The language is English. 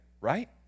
right